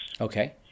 okay